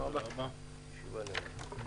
הישיבה נעולה.